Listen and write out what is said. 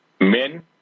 men